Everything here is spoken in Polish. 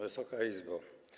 Wysoka Izbo!